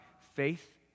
faith